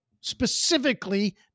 specifically